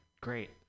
Great